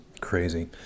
Crazy